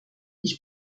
ich